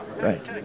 Right